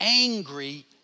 angry